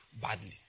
badly